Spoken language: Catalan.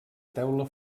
teula